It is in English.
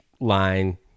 line